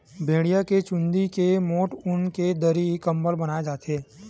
भेड़िया के चूंदी के मोठ ऊन के दरी, कंबल बनाए जाथे